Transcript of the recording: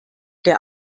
der